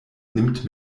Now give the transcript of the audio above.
nimmt